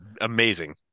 amazing